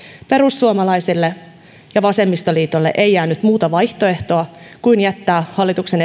perussuomalaisille ja vasemmistoliitolle ei jäänyt muuta vaihtoehtoa kuin jättää hallituksen